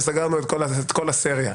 וסגרנו את כל הסריה.